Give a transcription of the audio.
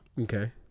Okay